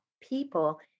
people